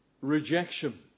rejection